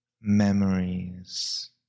memories